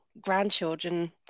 grandchildren